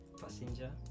Passenger